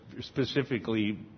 specifically